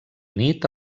nit